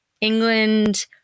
England